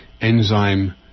enzyme